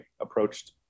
approached